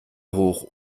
hoch